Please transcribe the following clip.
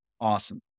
Awesome